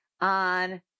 On